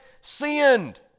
sinned